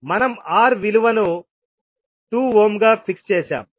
మనం R విలువను 2 ohm గా ఫిక్స్ చేస్తాము